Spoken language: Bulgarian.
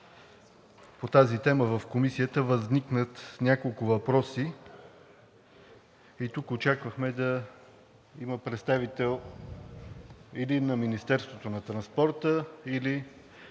по тази тема в Комисията възникват няколко въпроса и тук очаквахме да има представител или на Министерството на транспорта, или